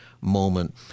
moment